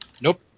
Nope